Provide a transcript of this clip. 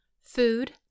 food